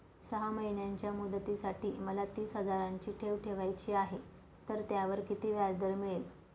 सहा महिन्यांच्या मुदतीसाठी मला तीस हजाराची ठेव ठेवायची आहे, तर त्यावर किती व्याजदर मिळेल?